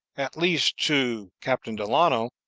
at least to captain delano,